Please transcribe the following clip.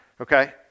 okay